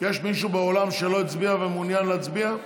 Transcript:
באולם שלא הצביע ומעוניין להצביע?